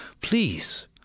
please